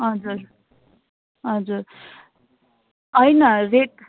हजुर हजुर होइन रेट